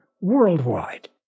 worldwide